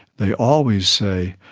they always say,